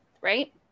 right